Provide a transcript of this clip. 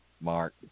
Mark